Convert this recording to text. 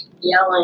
yelling